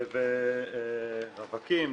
רווקים,